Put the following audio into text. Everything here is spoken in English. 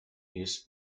use